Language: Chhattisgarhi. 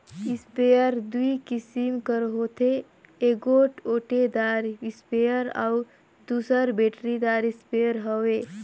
इस्पेयर दूई किसिम कर होथे एगोट ओटेदार इस्परे अउ दूसर बेटरीदार इस्परे हवे